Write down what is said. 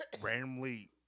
Randomly